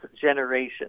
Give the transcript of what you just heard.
generation